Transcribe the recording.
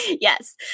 Yes